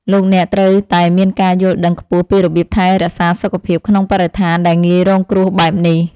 លោកអ្នកត្រូវតែមានការយល់ដឹងខ្ពស់ពីរបៀបថែរក្សាសុខភាពក្នុងបរិស្ថានដែលងាយរងគ្រោះបែបនេះ។